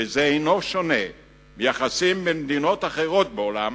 זה אינו שונה מיחסים בין מדינות אחרות בעולם